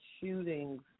shootings